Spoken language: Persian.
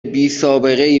بیسابقهای